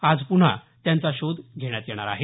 आज प्न्हा त्यांचा शोध घेण्यात येणार आहे